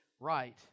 Right